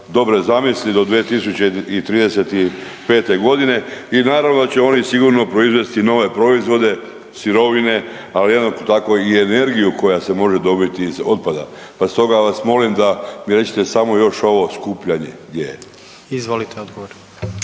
dobre zamisli do 2035. godine i naravno da će oni sigurno proizvesti nove proizvode, sirovine, ali jednako tako i energiju koja se može dobiti iz otpada. Pa stoga vas molim da mi rečete samo još ovo skupljanje gdje je.